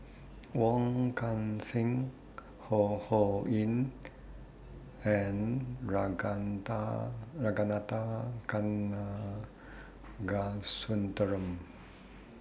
Wong Kan Seng Ho Ho Ying and Ragunathar Kanagasuntheram